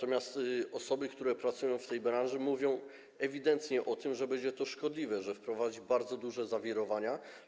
Osoby, które pracują w tej branży, mówią o tym, że będzie to szkodliwe, że wprowadzi bardzo duże zawirowania.